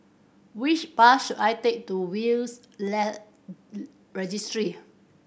which bus should I take to Will's Registry